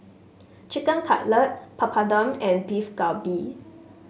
Chicken Cutlet Papadum and Beef Galbi